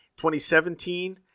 2017